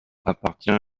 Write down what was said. appartient